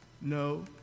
no